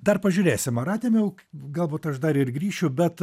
dar pažiūrėsim ar atėmiau galbūt aš dar ir grįšiu bet